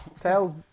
Tail's